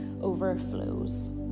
overflows